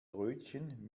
brötchen